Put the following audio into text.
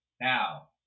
Now